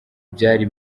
byari